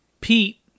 Pete